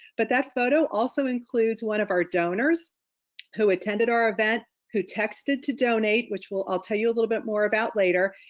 but that photo also includes one of our donors who attended our event who texted to donate which i'll tell you a little bit more about later.